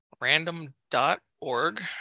random.org